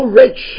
rich